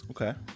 okay